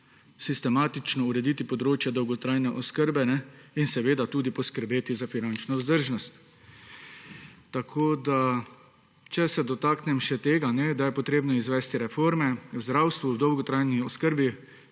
sistematično ureditev področja dolgotrajne oskrbe in seveda tudi poskrbeti za finančno vzdržnost. Če se dotaknem še tega, da je treba izvesti reforme v zdravstvu, v dolgotrajni oskrbi,